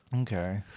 Okay